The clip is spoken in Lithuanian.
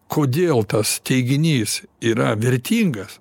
kodėl tas teiginys yra vertingas